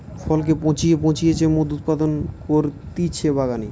ফলকে পচিয়ে পচিয়ে যে মদ উৎপাদন করতিছে বাগানে